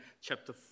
chapter